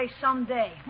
someday